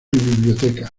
biblioteca